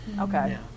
Okay